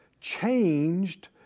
changed